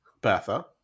Bertha